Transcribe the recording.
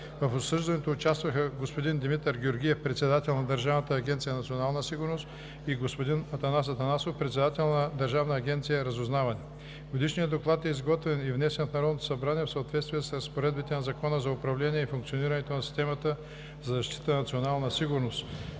В обсъждането участваха господин Димитър Георгиев – председател на Държавната агенция „Национална сигурност“, и господин Атанас Атанасов – председател на Държавната агенция „Разузнаване“. Годишният доклад е изготвен и внесен в Народното събрание в съответствие с разпоредбите на Закона за управление и функциониране на системата за защита на националната сигурност